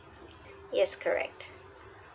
yes correct